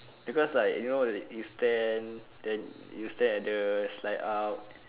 because like you know you stand then you stand at the slide up